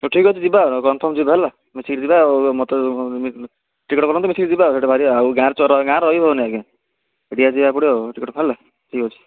ଠିକ୍ ଅଛି ଯିବା ବନ୍ଠନ୍ ଯିବା ହେଲା ମିଶି କି ଯିବା ମୋତେ ଟିକେଟ୍ କରନ୍ତୁ ମିଶି କି ଯିବା ଏକାଠି ବାହାରିବା ଆଉ ଗାଁ ଗାଁରେ ରହି ହେବନି ଆଜ୍ଞା ନିହାତି ଯିବାକୁ ପଡ଼ିବ ଆଉ ଟିକେଟ୍ ବାହାରିଲା ଠିକ୍ ଅଛି